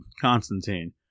Constantine